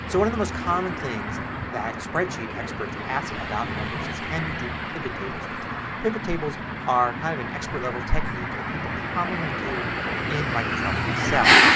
so one of the most common things that spreadsheet experts ask about numbers is can you do pivot tables with them. pivot tables are kind of an expert level technique that people commonly do in microsoft excel.